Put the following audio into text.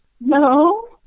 No